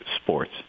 sports